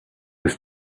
was